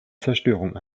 zerstörung